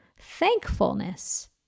Thankfulness